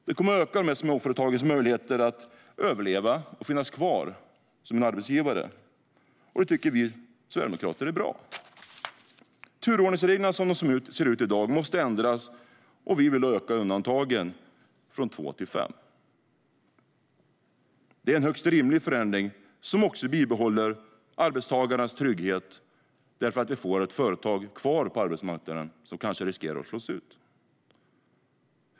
Det skulle öka småföretagens möjligheter att överleva och finnas kvar som arbetsgivare, och det tycker vi sverigedemokrater är bra. Turordningsreglerna, som de ser ut i dag, måste ändras. Vi vill öka undantagen från två till fem. Det är en högst rimlig förändring som bibehåller arbetstagarnas trygghet, för de får ett företag kvar på arbetsmarknaden som annars kanske skulle riskera att slås ut.